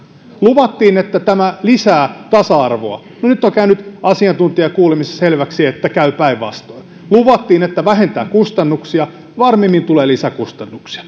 luvattiin että tämä lisää tasa arvoa no nyt on käynyt asiantuntijakuulemisissa selväksi että käy päinvastoin luvattiin että vähentää kustannuksia varmimmin tulee lisäkustannuksia